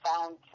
found